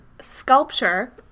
sculpture